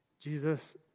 Jesus